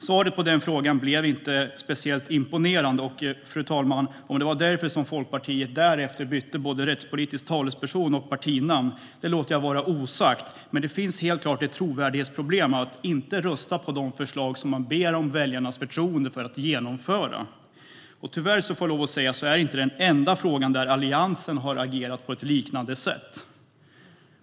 Svaret på frågan blev inte speciellt imponerande. Och, fru talman, om det var därför som Folkpartiet därefter bytte både rättspolitisk talesperson och partinamn låter jag vara osagt. Men det finns helt klart ett trovärdighetsproblem när man inte röstar på de förslag som man ber om väljarnas förtroende för att genomföra. Tyvärr får jag lov att säga att det inte är den enda fråga där Alliansen har agerat på ett liknande sätt.